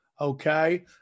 okay